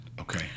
Okay